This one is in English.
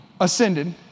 ascended